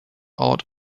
out